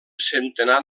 centenar